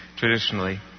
Traditionally